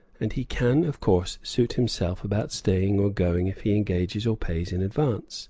and he can, of course, suit himself about staying or going if he engages or pays in advance